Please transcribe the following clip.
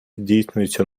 здійснюється